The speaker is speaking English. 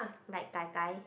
like Gai-Gai